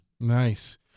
Nice